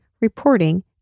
reporting